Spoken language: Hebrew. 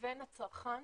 לבין הצרכן